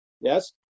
Yes